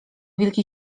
wilki